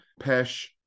Pesh